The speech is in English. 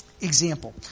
example